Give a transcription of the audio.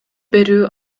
берүү